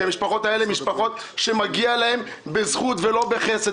כי אלה משפחות שמגיע להן בזכות ולא בחסד.